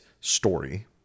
story